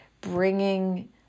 bringing